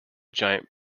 giant